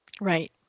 Right